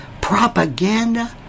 Propaganda